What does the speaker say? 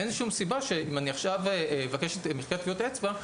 אין שום סיבה שאם אני עכשיו אבקש את מחיקת טביעת האצבע,